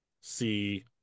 see